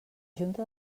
junta